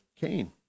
Cain